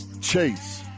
Chase